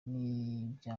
njye